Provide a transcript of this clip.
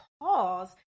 pause